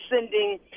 sending